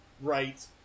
right